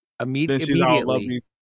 Immediately